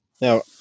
now